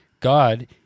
God